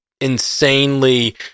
Insanely